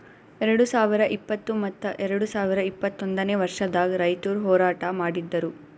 ಎರಡು ಸಾವಿರ ಇಪ್ಪತ್ತು ಮತ್ತ ಎರಡು ಸಾವಿರ ಇಪ್ಪತ್ತೊಂದನೇ ವರ್ಷದಾಗ್ ರೈತುರ್ ಹೋರಾಟ ಮಾಡಿದ್ದರು